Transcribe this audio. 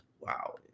wow